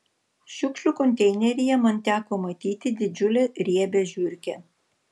šiukšlių konteineryje man teko matyti didžiulę riebią žiurkę